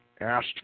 asked